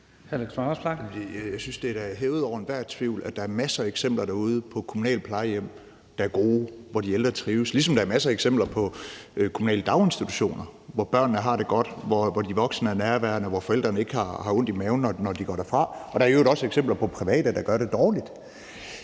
Jeg synes da, det er hævet over enhver tvivl, at der er masser af eksempler derude på kommunale plejehjem, der er gode, og hvor de ældre trives, ligesom der er masser af eksempler på kommunale daginstitutioner, hvor børnene har det godt, hvor de voksne er nærværende, og hvor forældrene ikke har ondt i maven, når de går derfra. Der er i øvrigt også eksempler på private, der gør det dårligt.